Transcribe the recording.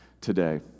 today